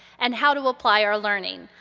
and how to apply our learning.